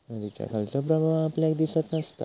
नदीच्या खालचो प्रवाह आपल्याक दिसत नसता